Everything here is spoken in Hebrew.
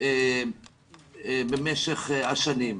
במשך השנים.